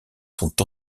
sont